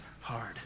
hard